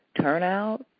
turnout